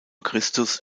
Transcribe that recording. christus